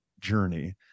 journey